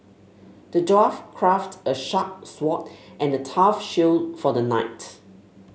the dwarf crafted a sharp sword and a tough shield for the knight